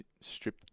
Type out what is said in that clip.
strip